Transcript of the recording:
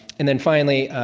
and then finally,